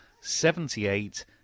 seventy-eight